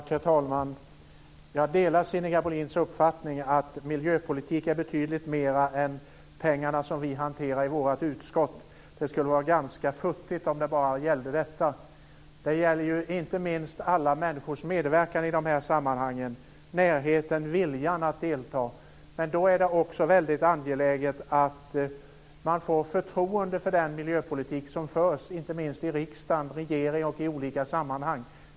Herr talman! Jag delar Sinikka Bohlins uppfattning att miljöpolitik är betydligt mera än de pengar som vi hanterar i vårt utskott. Det skulle vara ganska futtigt om det bara var fråga om detta. Det gäller inte minst alla människors vilja att medverka i de här sammanhangen. Men då är det också väldigt angeläget att man får förtroende för den miljöpolitik som förs inte minst från regeringen, i riksdagen och i andra sammanhang.